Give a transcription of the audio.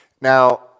Now